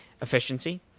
efficiency